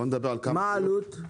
מה העלות?